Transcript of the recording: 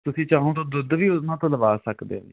ਤੁਸੀਂ ਚਾਹੋ ਤਾਂ ਦੁੱਧ ਵੀ ਉਹਨਾਂ ਤੋਂ ਲਵਾ ਸਕਦੇ ਹੋ